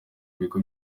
bigo